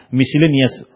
miscellaneous